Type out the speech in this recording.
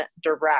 direct